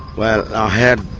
well i had